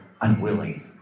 unwilling